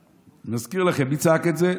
אני מזכיר לכם, מי צעק את זה?